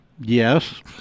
Yes